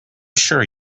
sure